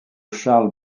charles